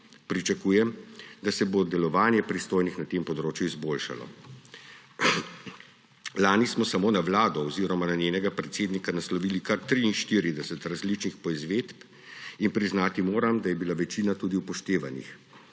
Pričakujem, da se bo delovanje pristojnih na tem področju izboljšalo. Lani smo samo na Vlado oziroma na njenega predsednika naslovili kar 43 različnih poizvedb. Priznati moram, da je bila večina tudi upoštevanih.